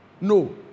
No